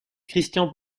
christian